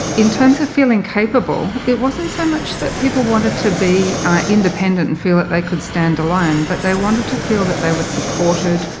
in terms of feeling capable, it wasn't so much that people wanted to be independent and feel that they could stand alone but they wanted to feel that they were supported,